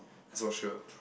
social